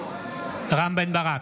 נוכח רם בן ברק,